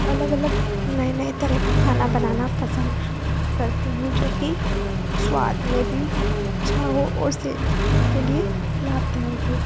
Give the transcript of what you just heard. अलग अलग नए नए तरह का खाना बनाना पसंद करती हूँ जो कि स्वाद में भी अच्छा हो और सेहत के लिए लाभदायक हो